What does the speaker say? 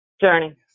Journey